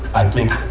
i think,